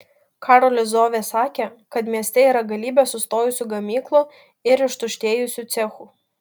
karolis zovė sakė kad mieste yra galybė sustojusių gamyklų ir ištuštėjusių cechų